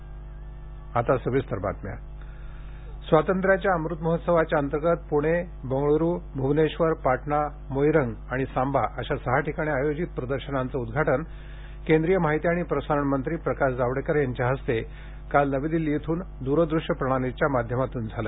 जावडेकर प्रदर्शन उद्गाटन स्वातंत्र्याच्या अमृत महोत्सवाच्या अंतर्गत पुणे बंगळूरू भुवनेश्वर पाटणा मोईरंग आणि सांबा अशा सहा ठिकाणी आयोजित प्रदर्शनांचे उद्घाटन केंद्रीय माहिती आणि प्रसारण मंत्री प्रकाश जावडेकर यांच्या हस्ते काल नवी दिल्ली येथून दूरदूश्य प्रणालीच्या माध्यमातून झाले